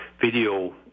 video